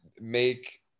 make